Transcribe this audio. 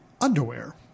underwear